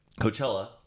Coachella